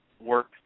work